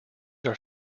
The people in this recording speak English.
are